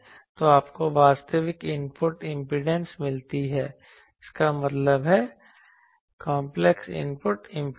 तो आपको वास्तविक इनपुट इंपेडेंस मिलती है इसका मतलब है कंपलेक्स इनपुट इंपेडेंस